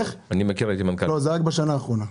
לא, זה רק בשנה האחרונה.